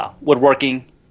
Woodworking